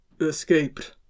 Escaped